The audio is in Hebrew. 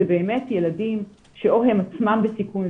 אלה באמת ילדים שאו הם עצמם בסיכון,